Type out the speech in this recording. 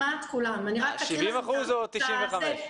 70% או 95%?